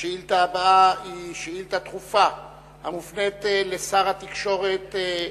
שאילתא דחופה המופנית לשר התקשורת,